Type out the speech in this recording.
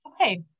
Okay